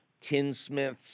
tinsmiths